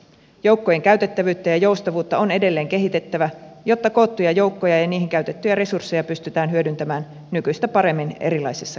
joukkojen käytettävyyttä ja joustavuutta on edelleen kehitettävä jotta koottuja joukkoja ja niihin käytettyjä resursseja pystytään hyödyntämään nykyistä paremmin erilaisissa kriiseissä